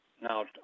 now